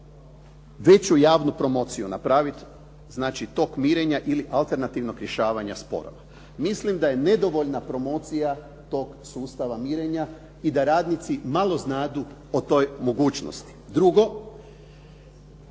u javnu promociju, napraviti znači tok mirenja ili alternativnog rješavanja sporova. Mislim da je nedovoljna promocija tog sustava mirenja i da radnici malo znadu o toj mogućnosti. Drugo,